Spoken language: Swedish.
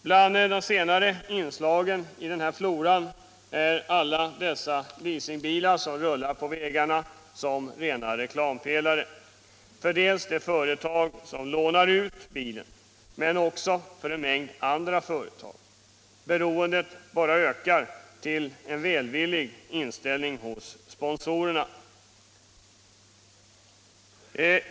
Bland de senare inslagen i denna flora är alla dessa leasingbilar, som rullar på vägarna som rena reklampelare dels för det företag som ”lånar” ut bilen, dels också för en mängd andra företag. Beroendet av en välvillig inställning hos sponsorerna bara ökar.